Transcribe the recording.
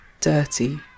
dirty